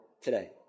today